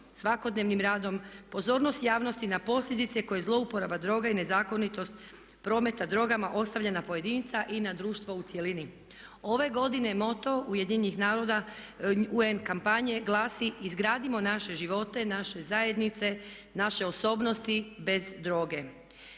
svakodnevnim radom pozornost javnosti na posljedice koje zlouporaba droga i nezakonitost prometa drogama ostavlja na pojedinca i na društvo u cjelini. Ove godine moto UN-a i kampanje glasi "Izgradimo naše živote, naše zajednice, naše osobnosti bez droge."